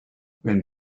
when